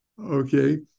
Okay